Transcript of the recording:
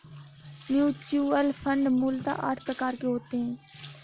mutual fund मूलतः आठ प्रकार के होते हैं